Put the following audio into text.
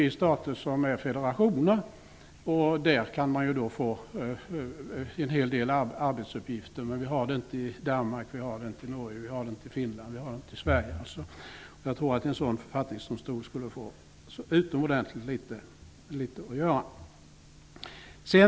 I sådana stater kan en författningsdomstol få en hel del arbetsuppgifter, men någon sådan domstol finns inte i Danmark, i Norge, i Finland och i Sverige. Jag tror att en författningsdomstol skulle få utomordentligt litet att göra.